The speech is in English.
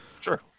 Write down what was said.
Sure